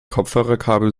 kopfhörerkabel